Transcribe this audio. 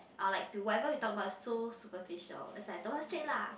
are like to whatever we talk about is so superficial as in I told her straight lah